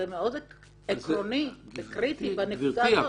זה מאוד עקרוני וקריטי בנקודה הזאת.